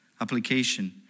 application